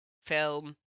film